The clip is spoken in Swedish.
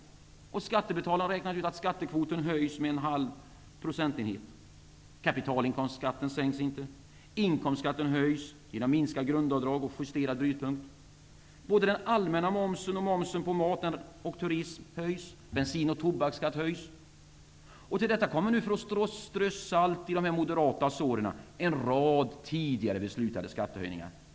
Skattebetalarnas förening har räknat ut att skattekvoten höjs med 0,5 procentenheter. Kapitalinkomstskatten sänks inte. Inkomstskatten höjs genom minskat grundavdrag och en justerad brytpunkt. Både den allmänna momsen och momsen på mat och turism höjs. Bensin och tobakskatterna höjs. Till detta kommer - för att strö salt i de moderata såren - en rad tidigare beslutade skattehöjningar.